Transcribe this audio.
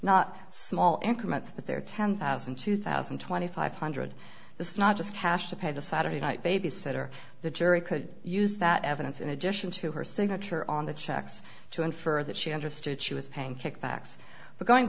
not small increments but they're ten thousand two thousand and twenty five hundred this is not just cash to pay the saturday night babysitter the jury could use that evidence in addition to her signature on the checks to infer that she understood she was paying kickbacks but going